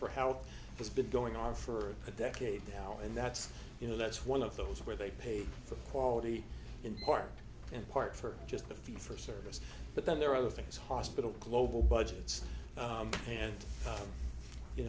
for how it's been going on for a decade now and that's you know that's one of those where they paid for quality in part in part for just the fees for service but then there are other things hospital global budgets and